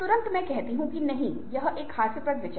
तो ये वे बातें हैं जिनका हमें ध्यान रखना है